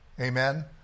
Amen